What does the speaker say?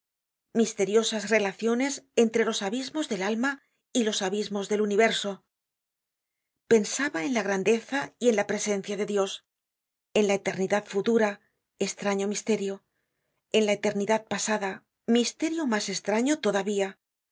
misteriosas relaciones entre los abismos del alma y los abismos del universo pensaba en la grandeza y en la presencia de dios en la eternidad futura estraño misterio en la eternidad pasada misterio mas estraño todavía